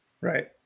Right